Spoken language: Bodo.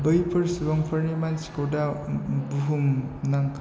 बैफोर सुबुंफोरनि मानसिखौ दा बुहुमनां